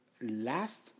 last